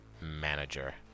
manager